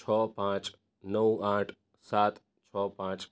છ પાંચ નવ આઠ સાત છ પાંચ